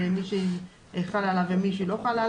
על מי היא חלה ועל מי היא לא חלה.